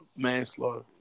Manslaughter